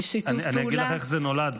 ובשיתוף פעולה --- אגיד לך איך זה נולד,